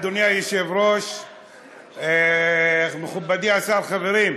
בעד, אדוני היושב-ראש, מכובדי השר, חברים,